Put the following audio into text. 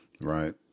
right